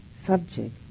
subject